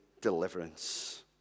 deliverance